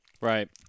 Right